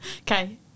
Okay